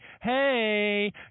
hey